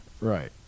Right